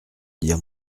dire